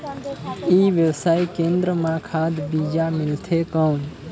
ई व्यवसाय केंद्र मां खाद बीजा मिलथे कौन?